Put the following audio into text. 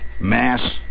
mass